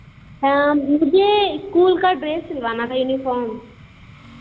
हाँ मुझे स्कूल का ड्रेस सिलवाना था यूनिफार्म